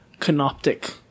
canoptic